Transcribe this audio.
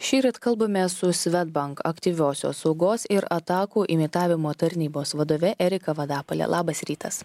šįryt kalbamės su svedbank aktyviosios saugos ir atakų imitavimo tarnybos vadove erika vadapalė labas rytas